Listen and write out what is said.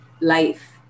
life